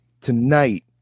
tonight